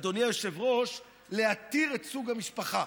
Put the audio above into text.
אדוני היושב-ראש, להתיר את סוג המשפחה.